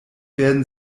werden